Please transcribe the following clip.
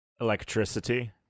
Electricity